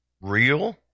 real